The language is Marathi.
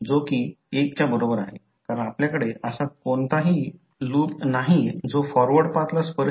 तर डॉट प्रत्यक्षात असे आहे की रेफरन्स पोलारिटी घेतली आहे आणि डॉट देखील रेफरन्स असेल